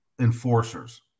Enforcers